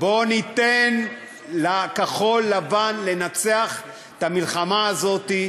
בואו ניתן לכחול-לבן לנצח במלחמה הזאת,